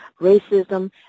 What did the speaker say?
racism